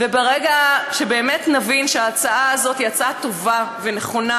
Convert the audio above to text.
ברגע שבאמת נבין שההצעה הזאת היא הצעה טובה ונכונה,